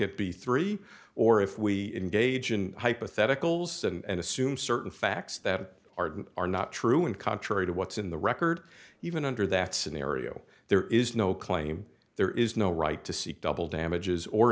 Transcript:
at the three or if we engage in hypotheticals and assume certain facts that aren't are not true and contrary to what's in the record even under that scenario there is no claim there is no right to seek double damages or